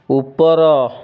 ଉପର